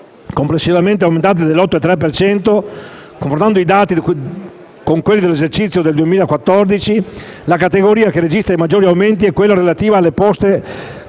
complessivamente aumentate dell'8,3 per cento, confrontando i dati con quelli dell'esercizio 2014, la categoria che registra maggiori aumenti è quella relativa alle poste